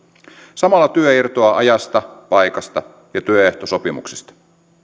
samalla työ irtoaa ajasta paikasta ja työehtosopimuksista